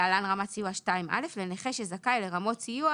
להלן רמת סיוע 2א לנכה שזכאי לרמות סיוע